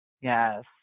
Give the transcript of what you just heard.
Yes